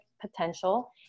potential